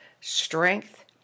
strength